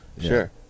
Sure